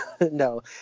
no